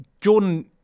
Jordan